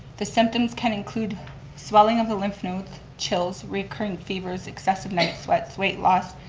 the symptoms can include swelling of the lymph nodes, chills, reoccurring fevers, excessive night sweats, weight loss,